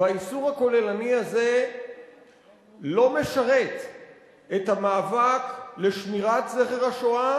והאיסור הכוללני הזה לא משרת את המאבק לשמירת זכר השואה